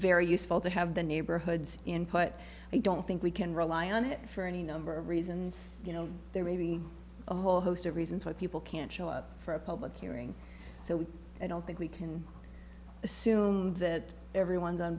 very useful to have the neighborhoods input i don't think we can rely on it for any number of reasons you know there may be a whole host of reasons why people can't show up for a public hearing so i don't think we can assume that everyone's on